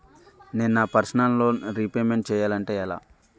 నేను నా personal loan repayment చేయాలంటే ఎలా?